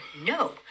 No